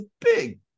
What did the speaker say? big